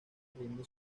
rinde